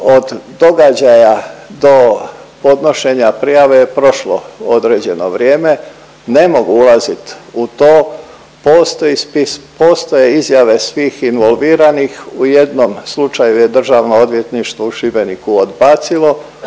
Od događaja do podnošenja prijave je prošlo određeno vrijeme, ne mogu ulazit u to, postoji spis, postoje izjave svih involviranih, u jednom slučaju je Državno odvjetništvo u Šibeniku odbacilo,